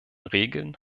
regeln